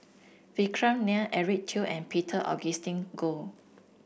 Vikram Nair Eric Teo and Peter Augustine Goh